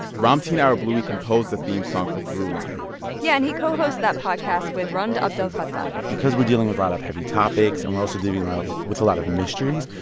ramtin ah arablouei composed the theme song for throughline yeah. and he co-hosts that podcast with rund abdelfatah because we're dealing with a lot of heavy topics and we're also dealing um with a lot of mysteries,